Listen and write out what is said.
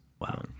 Wow